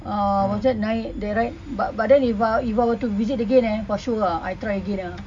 uh was that naik the ride but but then if I if I were to visit again eh for sure I try again ah